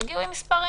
תגיעו עם מספרים.